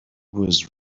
was